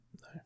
No